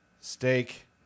Steak